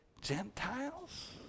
Gentiles